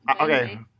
okay